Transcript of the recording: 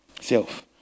self